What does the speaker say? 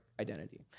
identity